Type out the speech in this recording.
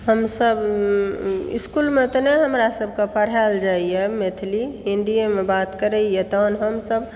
हमसब इसकुलमे तऽ नहि हमरा सबके पढ़ाओल जाइया मैथिली हिन्दीएमे बात करैया तहन हमसब